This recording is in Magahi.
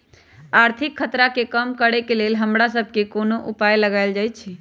आर्थिक खतरा के कम करेके लेल हमरा सभके कोनो उपाय लगाएल जाइ छै